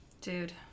Dude